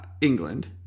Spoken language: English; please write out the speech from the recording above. England